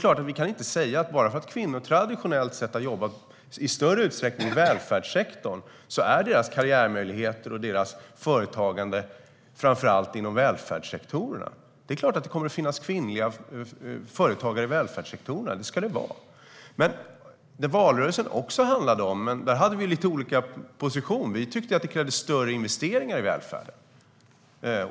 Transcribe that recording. Man kan inte säga att bara för att kvinnor traditionellt i större utsträckning har jobbat i välfärdssektorn finns deras karriärmöjligheter och företagande framför allt inom den sektorn. Det är klart att det kommer att finnas kvinnliga företagare i välfärdssektorn, det ska det finnas. I valrörelsen hade vi lite olika positioner. Vi tyckte att det krävdes större investeringar i välfärden.